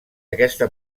aquesta